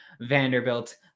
Vanderbilt